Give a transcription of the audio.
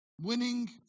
Winning